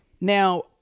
Now